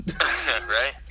Right